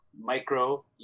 micro